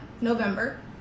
November